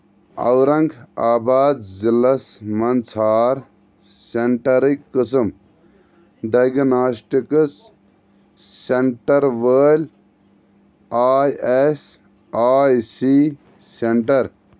اورنٛگ آباد ضلعس مَنٛز ژھار سینٹرٕکۍ قٕسم ڈایگناسٹِکس سیٚنٛٹر وٲلۍ I S I C centre